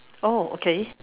oh okay